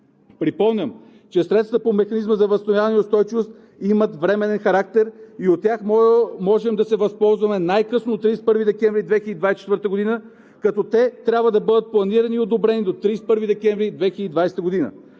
Припомням, че средствата по Механизма за възстановяване и устойчивост имат временен характер и от тях можем да се възползваме най-късно до 31 декември 2024 г., като те трябва да бъдат планирани и одобрени до 31 декември 2020.